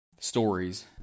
stories